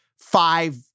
five